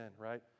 right